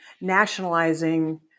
nationalizing